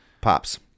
Pops